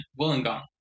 Wollongong